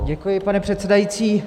Děkuji, pane předsedající.